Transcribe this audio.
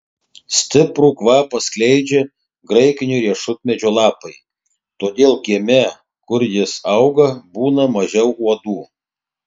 stiprų kvapą skleidžia graikinio riešutmedžio lapai todėl kieme kur jis auga būna mažiau uodų